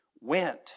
went